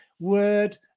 word